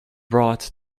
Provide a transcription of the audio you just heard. brought